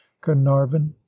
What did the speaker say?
carnarvon